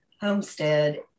homestead